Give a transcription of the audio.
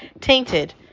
tainted